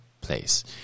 place